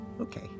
Okay